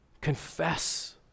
Confess